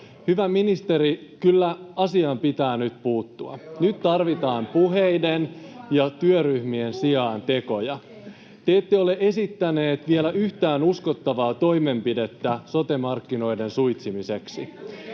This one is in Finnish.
Hyvä ministeri, kyllä asiaan pitää nyt puuttua. Nyt tarvitaan puheiden ja työryhmien sijaan tekoja. Te ette ole esittänyt vielä yhtään uskottavaa toimenpidettä sote-markkinoiden suitsimiseksi.